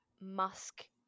musk